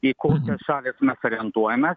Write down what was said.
į kokias šalis mes orientuojamės